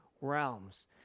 realms